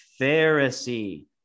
Pharisee